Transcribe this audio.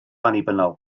annibynnol